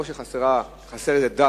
או שחסר דף